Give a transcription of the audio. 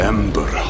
Ember